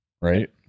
right